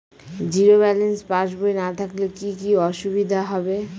Zero balance পাসবই না থাকলে কি কী অসুবিধা হবে?